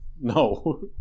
No